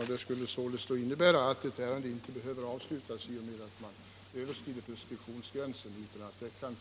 Torsdagen den Det skulle således innebära att ett ärende inte behöver avslutas i och 13 maj 1976 med att preskriptionsgränsen överskrids, utan att det kan